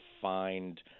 find